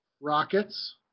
rockets